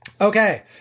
Okay